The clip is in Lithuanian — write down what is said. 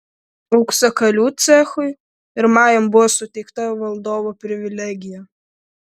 auksakalių cechui pirmajam buvo suteikta valdovo privilegija